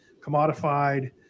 commodified